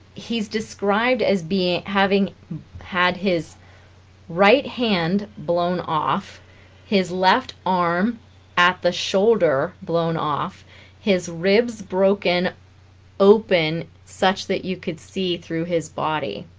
he's described as being having had his right hand blown off his left arm at the shoulder blown off his ribs broken open such that you could see through his body